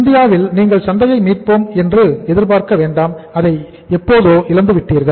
இந்தியாவில் நீங்கள் சந்தையை மீட்போம் என்று எதிர்பார்க்க வேண்டாம் அதை எப்போதோ இழந்துவிட்டீர்கள்